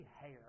hair